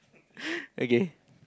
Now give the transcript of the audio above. okay